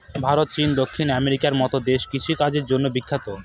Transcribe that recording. ভারত, চীন, দক্ষিণ আমেরিকার মতো দেশ কৃষিকাজের জন্য বিখ্যাত